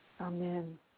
Amen